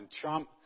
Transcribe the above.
Trump